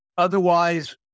Otherwise